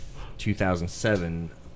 2007